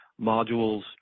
modules